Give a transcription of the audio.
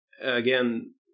Again